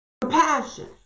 compassion